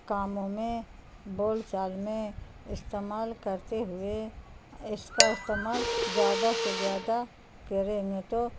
کاموں میں بول چال میں استعمال کرتے ہوئے اس کا استعمال زیادہ سے زیادہ کررے میں تو